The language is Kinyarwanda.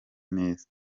neza